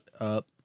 up